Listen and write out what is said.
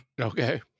okay